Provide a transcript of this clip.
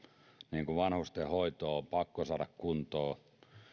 se että vanhustenhoito on pakko saada kuntoon